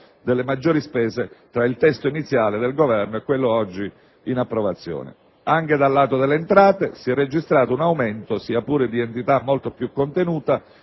delle maggiori spese tra il testo iniziale del Governo e quello oggi in approvazione. Anche dal lato delle entrate si è registrato un aumento, sia pure di entità molto più contenuta